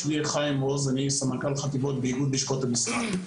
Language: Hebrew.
אני סמנכ"ל חטיבות באיגוד לשכות המסחר.